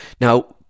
Now